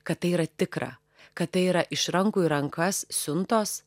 kad tai yra tikra kad tai yra iš rankų į rankas siuntos